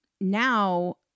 now